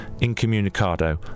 incommunicado